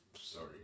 Sorry